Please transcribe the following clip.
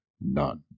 none